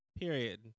Period